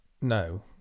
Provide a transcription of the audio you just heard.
No